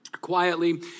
quietly